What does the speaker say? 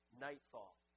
nightfall